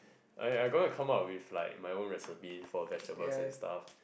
I I going to come out with like my own recipe for vegetables and stuff